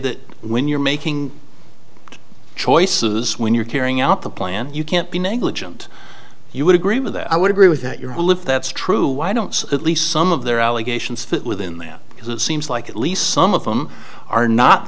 that when you're making choices when you're carrying out the plan you can't be negligent you would agree with i would agree with that your whole if that's true why don't at least some of their allegations fit within them because it seems like at least some of them are not